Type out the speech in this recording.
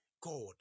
God